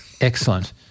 Excellent